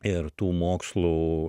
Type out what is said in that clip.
ir tų mokslų